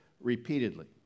repeatedly